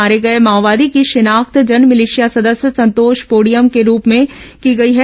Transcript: मारे गए माओवादी की शिनाख्त जनमिलिशिया सदस्य संतोष पोड़ियम के रूप में की गई है